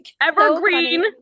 Evergreen